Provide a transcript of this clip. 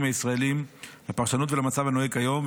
הישראלים לפרשנות ולמצב הנוהג כיום,